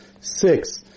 six